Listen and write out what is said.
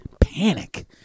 panic